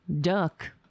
duck